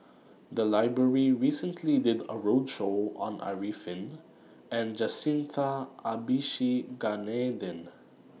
The Library recently did A roadshow on Arifin and Jacintha Abisheganaden